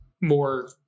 more